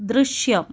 ദൃശ്യം